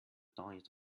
diet